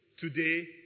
today